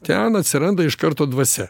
ten atsiranda iš karto dvasia